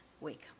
week